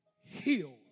healed